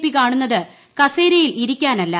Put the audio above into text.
P കാണുന്നത് കസേരയിൽ ഇരീക്കാനല്ല